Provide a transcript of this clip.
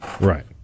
Right